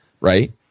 right